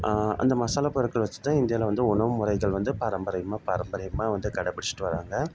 அந்த மசாலா பொருட்கள் வச்சு தான் இந்தியாவில் வந்து உணவு முறைகள் வந்து பாரம்பரியமாக பாரம்பரியமாக வந்து கடைப்புடுச்சுட்டு வர்றாங்க